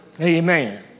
Amen